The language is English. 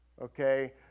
Okay